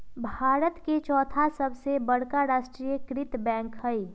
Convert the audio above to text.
भारत के चौथा सबसे बड़का राष्ट्रीय कृत बैंक हइ